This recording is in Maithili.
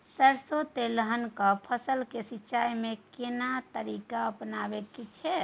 सरसो तेलहनक फसल के सिंचाई में केना तरीका अपनाबे के छै?